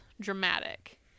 dramatic